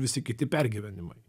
visi kiti pergyvenimai